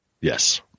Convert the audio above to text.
Yes